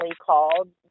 called